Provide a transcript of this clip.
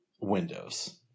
Windows